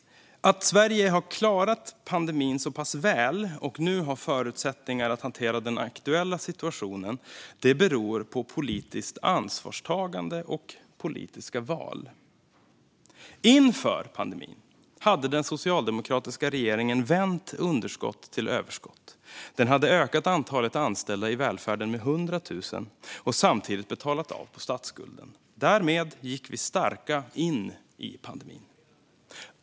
Att Sverige har klarat pandemin så pass väl och nu har förutsättningar att hantera den aktuella situationen beror på politiskt ansvarstagande och politiska val. Inför pandemin hade den socialdemokratiska regeringen vänt underskott till överskott. Den hade ökat antalet anställda i välfärden med 100 000 och samtidigt betalat av på statsskulden. Därmed gick vi starka in i pandemin.